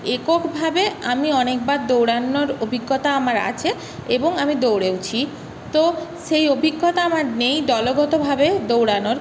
এককভাবে আমি অনেকবার দৌড়ানোর অভিজ্ঞতা আমার আছে এবং আমি দৌড়েওছি তো সেই অভিজ্ঞতা আমার নেই দলগতভাবে দৌড়ানোর